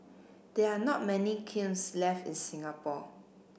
there are not many kilns left in Singapore